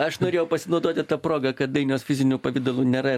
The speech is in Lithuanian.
aš norėjau pasinaudoti ta proga kad dainiaus fiziniu pavidalu nėra ir